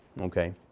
okay